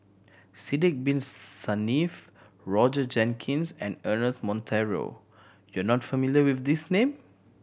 Sidek Bin Saniff Roger Jenkins and Ernest Monteiro you are not familiar with these name